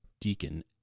Deacon